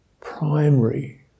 primary